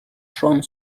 jaune